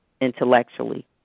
intellectually